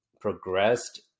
progressed